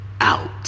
out